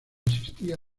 asistía